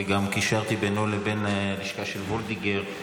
וגם קישרתי בינו לבין הלשכה של וולדיגר.